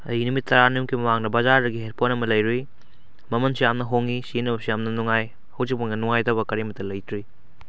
ꯑꯩ ꯅꯨꯃꯤꯠ ꯇꯔꯥꯅꯤꯃꯨꯛꯀꯤ ꯃꯃꯥꯡꯗ ꯕꯖꯥꯔꯗꯒꯤ ꯍꯦꯗꯐꯣꯟ ꯑꯃ ꯂꯩꯔꯨꯏ ꯃꯃꯟꯁꯨ ꯌꯥꯝꯅ ꯍꯣꯡꯉꯤ ꯁꯤꯖꯤꯟꯅꯕꯁꯨ ꯌꯥꯝꯅ ꯅꯨꯡꯉꯥꯏ ꯍꯧꯖꯤꯛꯐꯧꯗ ꯅꯨꯡꯉꯥꯏꯇꯕ ꯀꯔꯤ ꯑꯃꯇ ꯂꯩꯇ꯭ꯔꯤ